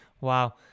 wow